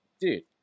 Dude